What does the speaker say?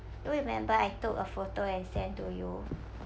you remember I took a photo and sent to you